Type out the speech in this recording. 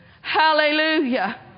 Hallelujah